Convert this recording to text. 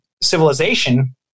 civilization